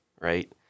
right